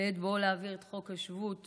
בעת בואו להעביר את חוק השבות,